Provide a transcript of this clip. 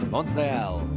Montreal